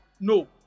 No